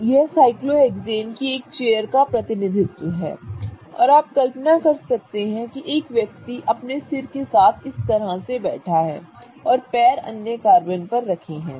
तो यह साइक्लोहेक्सेन की एक चेयर का प्रतिनिधित्व है और आप कल्पना कर सकते हैं कि एक व्यक्ति अपने सिर के साथ इस तरह से बैठा है और पैर अन्य कार्बन पर रखे हैं